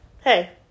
hey